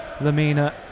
Lamina